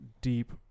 deep